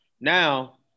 Now